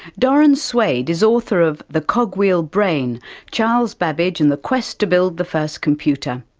doron swade is author of the cogwheel brain charles babbage and the quest to build the first computer.